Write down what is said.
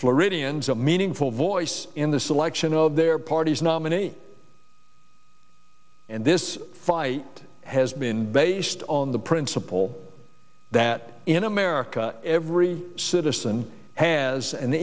floridians a meaningful voice in the selection of their party's nominee and this fight has been based on the principle that in america every citizen has an